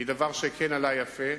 היא דבר שכן עלה יפה.